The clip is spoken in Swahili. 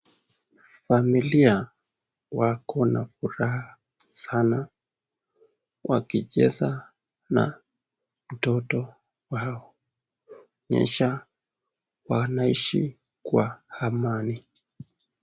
Familia wako na furaha sana wakicheza na mtoto wao kuonyesha wanaishi kwa amani.